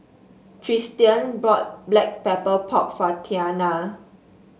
Tristian bought Black Pepper Pork for Tianna